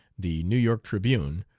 the new york tribune,